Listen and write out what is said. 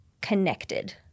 connected